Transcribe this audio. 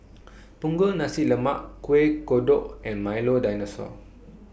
Punggol Nasi Lemak Kueh Kodok and Milo Dinosaur